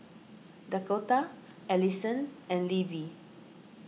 Dakotah Alyson and Levie